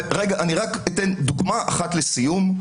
רגע אני רק אתן דוגמה אחת לסיום.